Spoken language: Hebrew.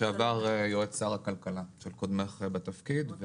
לשעבר, יועץ שר הכלכלה, של קודמך בתפקיד.